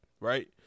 right